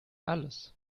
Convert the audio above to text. alles